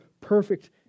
perfect